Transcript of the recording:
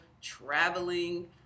traveling